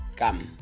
come